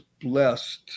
blessed